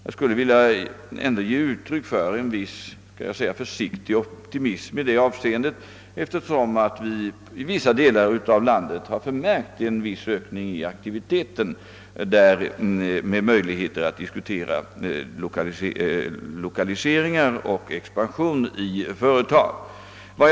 Jag vill i det avseendet ge uttryck för en försiktig optimism, eftersom vi i några delar av landet har märkt en viss ökning i aktiviteten med möjligheter att diskutera lokaliseringar och företags expansion.